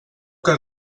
que